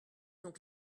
donc